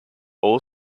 all